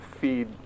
feed